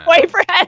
boyfriend